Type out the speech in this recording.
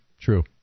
True